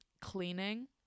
cleaning